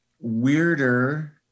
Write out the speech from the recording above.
weirder